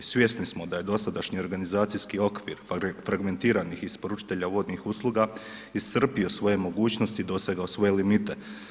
Svjesni smo da je dosadašnji organizacijski okvir fragmentiranih isporučitelja vodnih usluga iscrpio svoje mogućnosti i dosegao svoje limite.